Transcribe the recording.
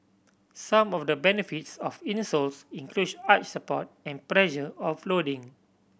some of the benefits of insoles arch support and pressure offloading